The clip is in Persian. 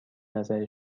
نظر